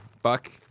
Fuck